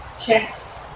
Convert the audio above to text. chest